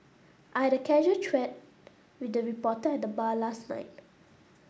I had a casual with the reporter at the bar last night